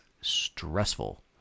stressful